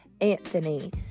Anthony